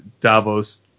Davos